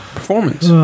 performance